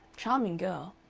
charming girl.